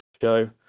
show